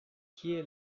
kie